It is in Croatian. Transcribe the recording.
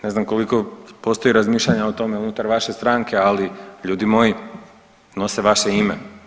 Ne znam koliko postoji razmišljanja o tome unutar vaše stranke, ali ljudi moji nose vaše ime.